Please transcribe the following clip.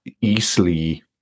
easily